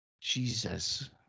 Jesus